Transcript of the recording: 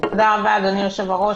תודה רבה, אדוני היושב-ראש.